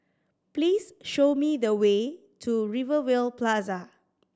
please show me the way to Rivervale Plaza